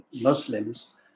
Muslims